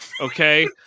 okay